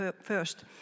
first